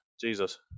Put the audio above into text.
Jesus